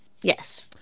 Yes